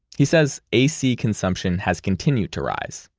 he says ac consumption has continued to rise.